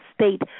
state